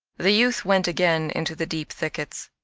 the youth went again into the deep thickets.